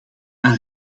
aan